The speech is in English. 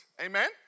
Amen